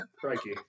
crikey